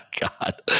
God